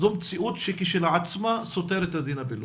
זו מציאות שכשלעצמה סותרת את הכלל